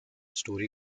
story